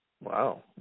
Wow